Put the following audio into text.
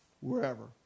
wherever